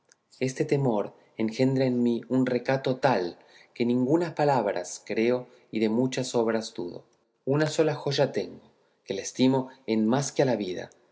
este temor engendra en mí un recato tal que ningunas palabras creo y de muchas obras dudo una sola joya tengo que la estimo en más que a la vida